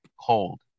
cold